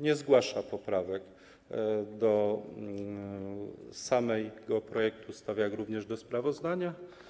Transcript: nie zgłasza poprawek do samego projektu ustawy, jak również do sprawozdania.